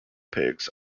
pigs